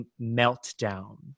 meltdown